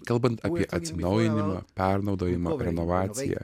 kalbant apie atsinaujinimą pernaudojimą renovaciją